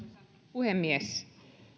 puhemies